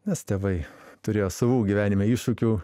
nes tėvai turėjo savų gyvenime iššūkių